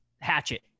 hatchet